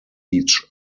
each